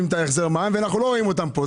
את החזר המע"מ ואנחנו לא רואים אותם פה,